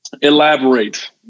elaborate